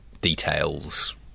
details